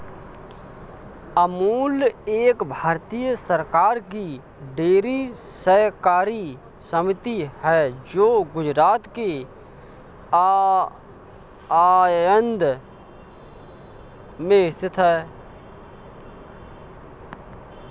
अमूल एक भारतीय सरकार की डेयरी सहकारी समिति है जो गुजरात के आणंद में स्थित है